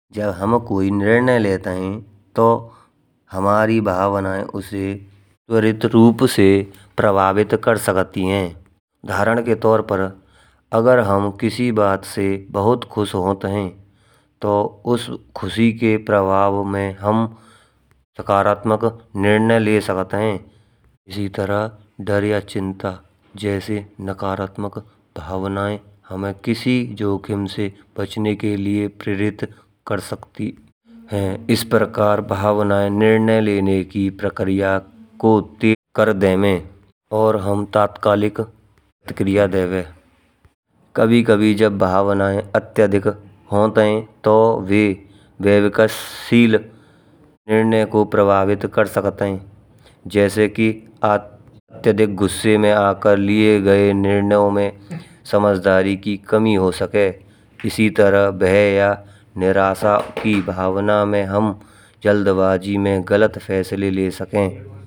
जब हम कोई निर्णय लेता है तो हमारी भावनायें उसे वारित रूप से प्रभावित कर सकती हैं। धारण के तौर पर अगर हम किसी बात से बहुत खुश होत हैं, तो उसे खुशी के प्रभाव में हम नकारात्मक निर्णय ले सकते हैं। इसी तरह डर या चिंता जैसे नकारात्मक भावनायें हमें किसी जोखिम से बचने के लिये प्रेरित कर सकती हैं। इस प्रकार भावनायें निर्णय लेने की प्रक्रिया को देखकर देवे और हम तात्कालिक प्रक्रिया देवे। कभी कभी जब भावनायें अत्यधिक होत हैं, तो वे विवेकशील निर्णय को प्रभावित कर सकते हैं। जैसे कि अत्यधिक गुस्से में आकर लिये गये निर्णयों में समझदारी की कमी हो सके। इसी तरह भय या निराशा की भावना में हम जल्दबाज़ी में गलत फैसले ले सकें।